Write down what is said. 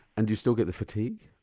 and do you still get the fatigue?